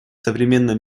современном